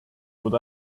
would